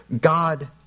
God